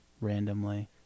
randomly